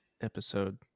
Episode